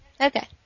Okay